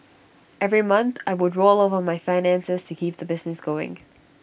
every month I would roll over my finances to keep the business going